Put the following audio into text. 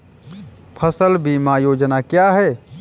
फसल बीमा योजना क्या है?